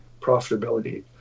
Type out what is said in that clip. profitability